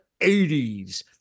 80s